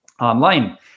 online